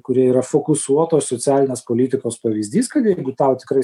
kurie yra fokusuotos socialinės politikos pavyzdys kad jeigu tau tikrai